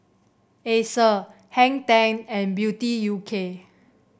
Acer Hang Ten and Beauty U K